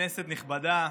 כנסת נכבדה,